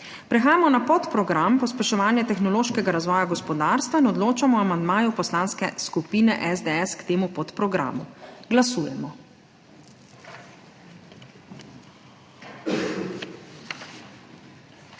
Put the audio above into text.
Prehajamo na podprogram Pospeševanje tehnološkega razvoja gospodarstva in odločamo o amandmaju Poslanske skupine SDS k temu podprogramu. Glasujemo.